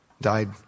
died